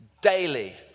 Daily